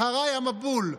אחריי המבול.